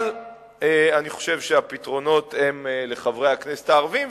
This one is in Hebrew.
אבל אני חושב שהפתרונות הם לחברי הכנסת הערבים.